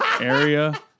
area